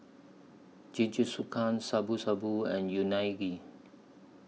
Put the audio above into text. Jingisukan Shabu Shabu and Unagi